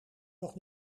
nog